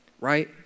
Right